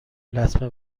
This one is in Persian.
لطمه